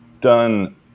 done